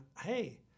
hey